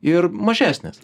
ir mažesnės